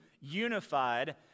unified